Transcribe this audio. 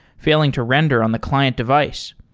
fail ing to render on the client device.